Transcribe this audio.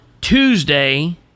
Tuesday